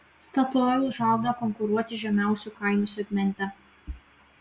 statoil žada konkuruoti žemiausių kainų segmente